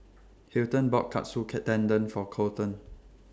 Hilton bought Katsu K Tendon For Colton